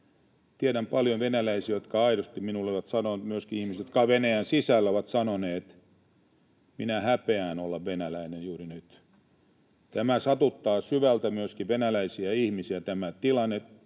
Venäjän sisällä, jotka ovat sanoneet: ”Minä häpeän olla venäläinen juuri nyt.” Tämä tilanne satuttaa syvältä myöskin venäläisiä ihmisiä.